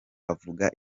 avuga